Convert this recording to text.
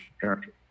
character